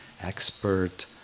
expert